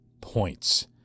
points